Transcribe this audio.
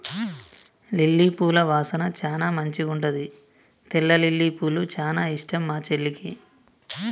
lily పూల వాసన చానా మంచిగుంటది తెల్ల లిల్లీపూలు చానా ఇష్టం మా చెల్లికి